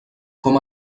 com